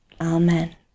Amen